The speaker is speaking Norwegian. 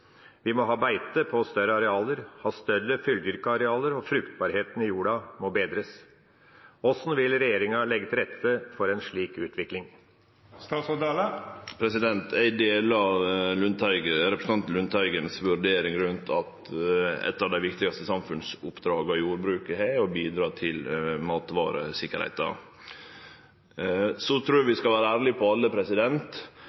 Vi må ha beite på større arealer, ha større fulldyrka arealer, og fruktbarheten i jorda må bedres. Hvordan vil regjeringa legge til rette for en slik utvikling?» Eg deler representanten Lundteigens vurdering av at eit av dei viktigaste samfunnsoppdraga jordbruket har, er å bidra til matvaresikkerheita. Så trur eg